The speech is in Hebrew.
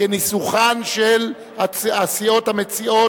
כניסוחן של הסיעות המציעות,